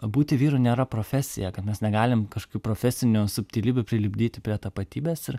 būti vyru nėra profesija kad mes negalim kažkokių profesinių subtilybių prilipdyti prie tapatybės ir